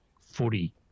footy